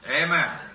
Amen